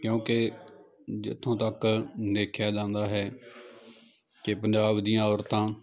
ਕਿਉਂਕੀ ਜਿੱਥੋਂ ਤੱਕ ਦੇਖਿਆ ਜਾਂਦਾ ਹੈ ਕਿ ਪੰਜਾਬ ਦੀਆਂ ਔਰਤਾਂ